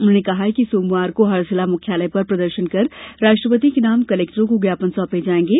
उन्होंने कहा कि सोमवार को हर जिला मुख्यालय पर प्रदर्शन कर राष्ट्रपति के नाम कलेक्टरों को ज्ञापन सौंपे जायेंगे